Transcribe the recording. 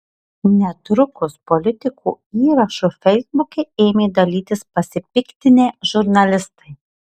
netrukus politiko įrašu feisbuke ėmė dalytis pasipiktinę žurnalistai